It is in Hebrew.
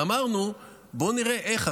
אמרנו: בואו נראה איך,